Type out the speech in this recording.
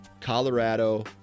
Colorado